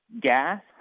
gas